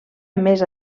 més